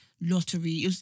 lottery